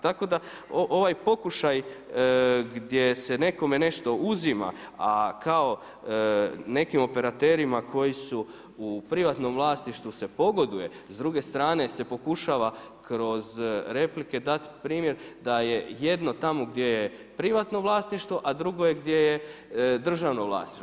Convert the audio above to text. Tako da ovaj pokušaj gdje se nekome nešto uzima, a kao nekim operaterima koj isu u privatnom vlasništvu se pogoduje, s druge strane se pokušava kroz replike dati primjer da je jedno tamo gdje je privatno vlasništvo, a drugo je gdje je državno vlasništvo.